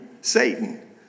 Satan